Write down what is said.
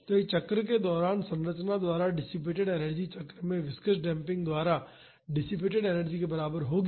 तो एक चक्र के दौरान संरचना द्वारा डिसिपेटड एनर्जी चक्र में विस्कॉस डेम्पिंग द्वारा डिसिपेटड एनर्जी के बराबर होगी